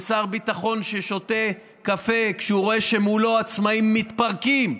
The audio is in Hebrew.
בשר ביטחון ששותה קפה כשהוא רואה שמולו עצמאים מתפרקים.